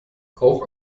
auch